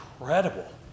incredible